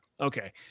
okay